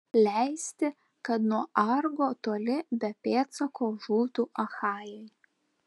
leisti kad nuo argo toli be pėdsako žūtų achajai